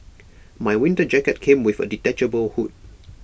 my winter jacket came with A detachable hood